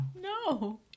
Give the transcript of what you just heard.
No